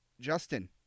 Justin